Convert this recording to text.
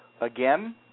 again